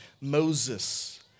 Moses